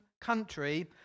country